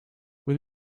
will